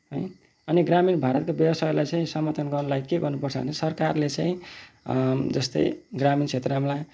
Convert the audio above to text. है अनि ग्रामीण भारतको व्यवसायलाई चाहिँ समर्थन गर्नलाई के गर्नुपर्छ भने सरकारले चाहिँ जस्तै ग्रामीण क्षेत्रमा